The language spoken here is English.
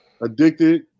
Addicted